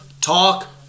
talk